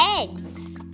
eggs